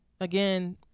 Again